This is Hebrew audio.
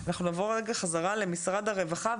אנחנו נעבור חזרה למשרד הרווחה,